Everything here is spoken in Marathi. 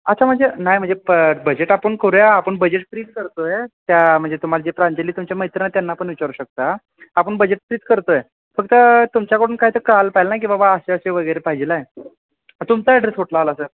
अच्छा म्हणजे नाही म्हणजे प बजेट आपण करूया आपण बजेट करतो आहे त्या म्हणजे तुम्हाला जे प्रांजली तुमच्या मैत्रीण आहे त्यांना पण विचारू शकता आपण बजेट करतो आहे फक्त तुमच्याकडून काय तर कळलं पायल ना की बाबा असे असे वगैरे पाहिजे आहे तुमचा ॲड्रेस कुठला आला सर